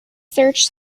search